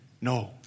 no